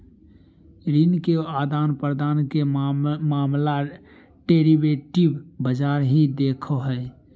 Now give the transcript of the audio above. ऋण के आदान प्रदान के मामला डेरिवेटिव बाजार ही देखो हय